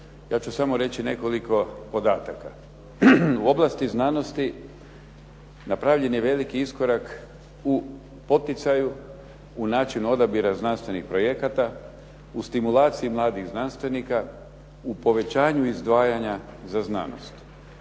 Ja ću samo reći nekoliko podataka. U oblasti znanosti napravljen je veliki iskorak u poticaju u načinu odabira znanstvenih projekata, u stimulaciji mladih znanstvenika, u povećanju izdvajanja za znanost.